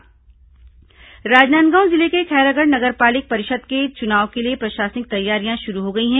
राजनांदगांव जिले के खैरागढ़ नगर पालिक परिषद के चुनाव के लिए प्रशासनिक तैयारियां शुरू हो गई हैं